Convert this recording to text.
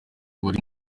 wari